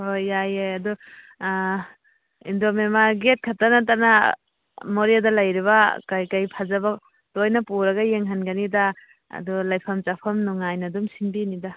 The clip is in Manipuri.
ꯍꯣꯏ ꯌꯥꯏꯌꯦ ꯑꯗꯨ ꯏꯟꯗꯣ ꯃꯦꯟꯃꯥꯔ ꯒꯦꯠ ꯈꯛꯇ ꯅꯠꯇꯅ ꯃꯣꯔꯦꯗ ꯂꯩꯔꯤꯕ ꯀꯔꯤ ꯀꯤꯔ ꯐꯖꯕ ꯂꯣꯏꯅ ꯄꯨꯔꯒ ꯌꯦꯡꯍꯟꯒꯅꯤꯗ ꯑꯗꯨ ꯂꯩꯐꯝ ꯆꯥꯐꯝ ꯅꯨꯡꯉꯥꯏꯅ ꯑꯗꯨꯝ ꯁꯤꯟꯕꯤꯅꯤꯗ